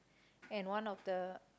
and one of the